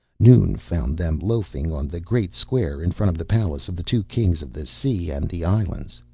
noon found them loafing on the great square in front of the palace of the two kings of the sea and the islands.